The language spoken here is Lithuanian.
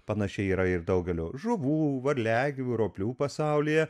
panašiai yra ir daugelio žuvų varliagyvių roplių pasaulyje